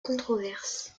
controverse